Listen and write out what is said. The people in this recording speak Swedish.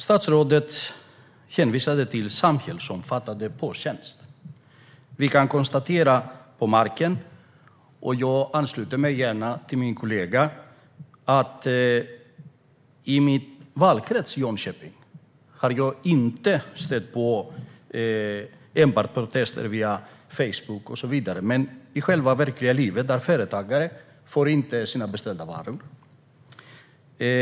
Statsrådet hänvisade till den samhällsomfattande posttjänsten. Vi kan konstatera hur det är på marken. Jag ansluter mig gärna till min kollega. I min valkrets, Jönköping, har jag inte enbart stött på protester via Facebook och så vidare. I verkliga livet får företagare inte sina beställda varor.